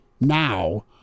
now